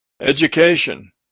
Education